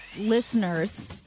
listeners